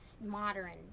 modern